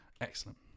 excellent